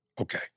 Okay